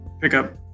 pickup